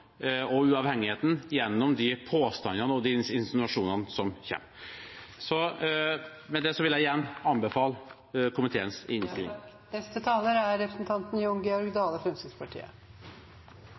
og uavhengigheten gjennom de påstandene og de insinuasjonene som kommer. Med dette vil jeg igjen anbefale komiteens innstilling.